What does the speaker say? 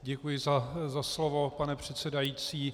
Děkuji za slovo, pane předsedající.